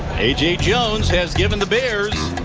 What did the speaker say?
a. j. jones has given the bears